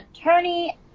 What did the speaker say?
attorney